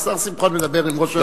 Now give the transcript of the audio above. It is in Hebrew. השר שמחון מדבר עם ראש הממשלה.